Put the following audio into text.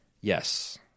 Yes